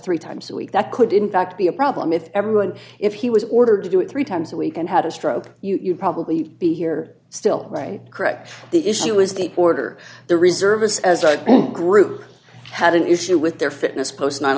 three times a week that could in fact be a problem if everyone if he was ordered to do it three times a week and had a stroke you'd probably be here still right correct the issue is the order the reservists as right group had an issue with their fitness post nine